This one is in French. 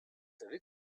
savez